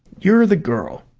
you're the girl!